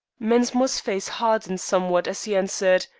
mensmore's face hardened somewhat as he answered,